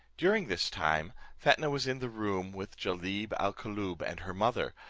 during this time fetnah was in the room with jalib al koolloob and her mother,